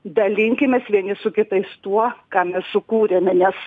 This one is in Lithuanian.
dalinkimės vieni su kitais tuo ką mes sukūrėme nes